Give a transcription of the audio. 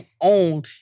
own